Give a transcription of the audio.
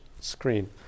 screen